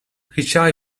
richard